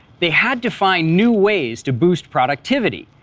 they had to find new ways to boost productivity.